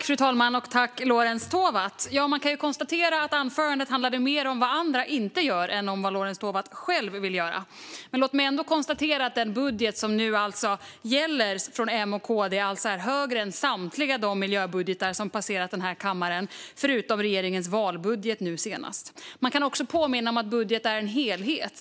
Fru talman! Tack, Lorentz Tovatt! Anförandet handlade mer om vad andra inte gör än om vad Lorentz Tovatt själv vill göra. Men låt mig ändå konstatera att den budget från M och KD som nu gäller är högre än samtliga miljöbudgetar som passerat den här kammaren, förutom regeringens valbudget nu senast. Man kan också påminna om att budgeten är en helhet.